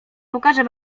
pokażę